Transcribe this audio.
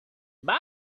bye